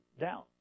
down